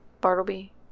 Bartleby